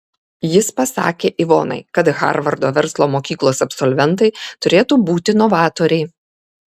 jis pasakė ivonai kad harvardo verslo mokyklos absolventai turėtų būti novatoriai